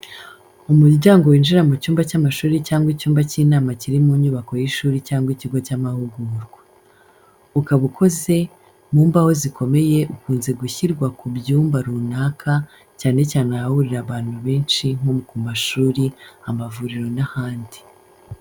Umuryango winjira mu cyumba cy’amashuri cyangwa icyumba cy’inama kiri mu nyubako y’ishuri cyangwa ikigo cy’amahugurwa. Ukaba ukoze mu mbaho zikomeye ukunze gushyirwa ku byumba runaka cyane cyane ahahurira abantu benshi nko ku mashuri, amavuriro n'ahandi.